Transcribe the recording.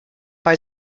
bei